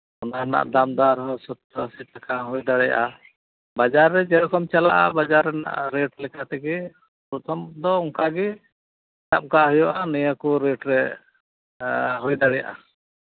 ᱚᱱᱟ ᱨᱮᱱᱟᱜ ᱫᱟᱢ ᱫᱚ ᱟᱨᱦᱚᱸ ᱥᱳᱛᱛᱳᱨ ᱟᱹᱥᱤ ᱴᱟᱠᱟ ᱦᱩᱭ ᱫᱟᱲᱮᱭᱟᱜᱼᱟ ᱵᱟᱡᱟᱨ ᱨᱮ ᱡᱮᱨᱚᱠᱚᱢ ᱪᱟᱞᱟᱜᱼᱟ ᱵᱟᱡᱟᱨ ᱨᱮᱱᱟᱜ ᱨᱮᱴ ᱞᱮᱠᱟ ᱛᱮᱜᱮ ᱯᱨᱚᱛᱷᱚᱢ ᱫᱚ ᱚᱱᱠᱟᱜᱮ ᱥᱟᱵ ᱠᱟᱜ ᱦᱩᱭᱩᱜᱼᱟ ᱱᱤᱭᱟᱹᱠᱚ ᱨᱮᱴ ᱨᱮ ᱦᱩᱭ ᱫᱟᱲᱮᱭᱟᱜᱼᱟ